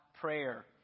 prayer